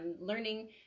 learning